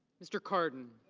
mr. cardin.